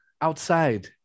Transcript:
outside